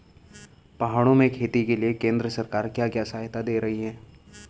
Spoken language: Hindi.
पहाड़ों में खेती के लिए केंद्र सरकार क्या क्या सहायता दें रही है?